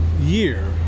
year